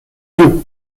dieu